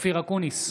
אופיר אקוניס,